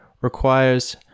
requires